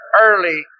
early